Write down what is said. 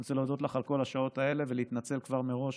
אני רוצה להודות לך על כל השעות האלה ולהתנצל כבר מראש,